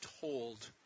told